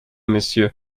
monsieur